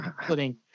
including